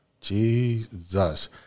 Jesus